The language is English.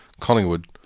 Collingwood